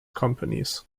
companies